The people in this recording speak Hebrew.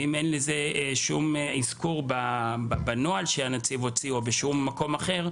אם אין לזה שום אזכור בנוהל שהנציב הוציא או באיזשהו מקום אחר,